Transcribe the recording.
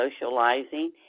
socializing